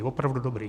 Opravdu dobrý.